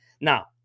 Now